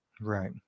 right